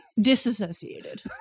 disassociated